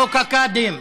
חוק הקאדים.